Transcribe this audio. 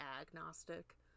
agnostic